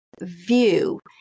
view